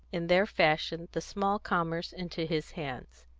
in their fashion, the small commerce into his hands.